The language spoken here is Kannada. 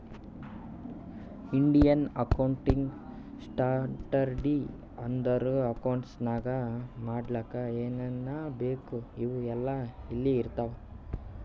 ಇಂಡಿಯನ್ ಅಕೌಂಟಿಂಗ್ ಸ್ಟ್ಯಾಂಡರ್ಡ್ ಅಂದುರ್ ಅಕೌಂಟ್ಸ್ ನಾಗ್ ಮಾಡ್ಲಕ್ ಏನೇನ್ ಬೇಕು ಅವು ಎಲ್ಲಾ ಇಲ್ಲಿ ಇರ್ತಾವ